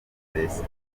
rescapés